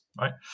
right